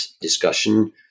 discussion